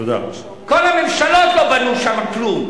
כל הממשלות לא בנו שם כלום.